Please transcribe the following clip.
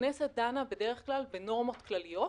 הכנסת דנה בדרך כלל בנורמות כלליות,